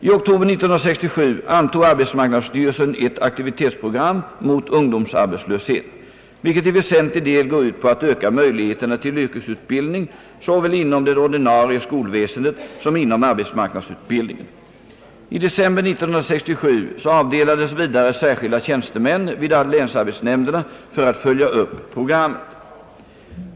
I oktober 1967 antog arbetsmarknadsstyrelsen ett aktivitetsprogram mot ungdomsarbetslöshet, vilket till väsentlig del går ut på att öka möjligheterna till yrkesutbildning såväl inom det ordinarie skolväsendet som inom arbetsmarknadsutbildningen. I december 1967 avdelades vidare särskilda tjänstemän vid länsarbetsnämnderna för att följa upp programmet.